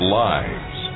lives